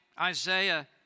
Isaiah